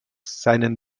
seinen